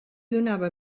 donava